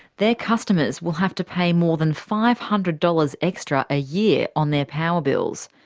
their customers will have to pay more than five hundred dollars extra a year on their power bills.